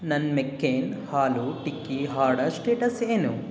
ನನ್ನ McCain aloo tikki order status ಏನು